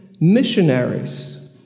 missionaries